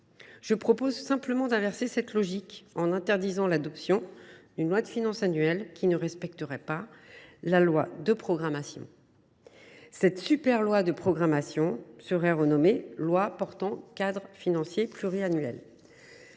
Je propose d’inverser la logique, en interdisant l’adoption d’une loi de finances annuelle qui ne respecterait pas la loi de programmation. Cette super loi de programmation pourrait s’intituler « loi portant cadre financier pluriannuel ».